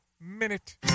Minute